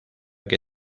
que